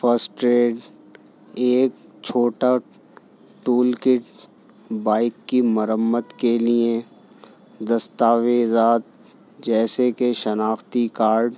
first aid ایک چھوٹا tool kit bike کی مرمت کے لیے دستاویزات جیسے کہ شناختی کارڈ